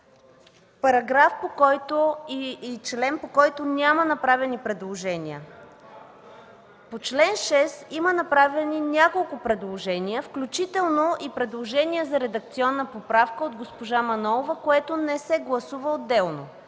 параграф и член, по които няма направени предложения. По чл. 6 има направени няколко предложения, включително и предложения за редакционна поправка от госпожа Манолова, което не се гласува отделно.